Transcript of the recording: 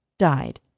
died